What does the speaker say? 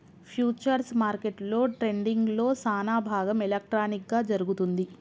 futures మార్కెట్లో ట్రేడింగ్లో సానాభాగం ఎలక్ట్రానిక్ గా జరుగుతుంది